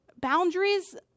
boundaries